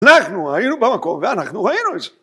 אנחנו היינו במקום ואנחנו ראינו את זה